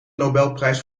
nobelprijs